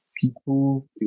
People